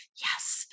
Yes